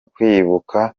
kwibuka